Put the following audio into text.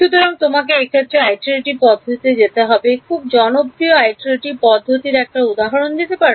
সুতরাং তোমাকে এক্ষেত্রে Iterative পদ্ধতিতে যেতে হবে খুব জনপ্রিয় Iterative পদ্ধতির উদাহরণ দিতে পারো